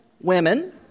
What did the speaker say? women